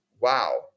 wow